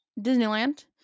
Disneyland